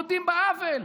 מודים בעוול,